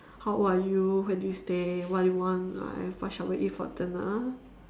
how old are you where do you stay what do you want in life what shall we eat for dinner